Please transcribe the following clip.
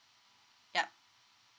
yup